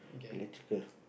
electrical